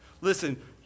Listen